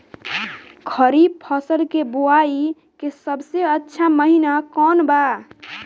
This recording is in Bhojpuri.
खरीफ फसल के बोआई के सबसे अच्छा महिना कौन बा?